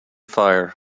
fire